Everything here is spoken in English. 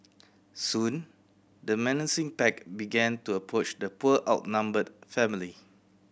soon the menacing pack began to approach the poor outnumbered family